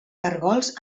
caragols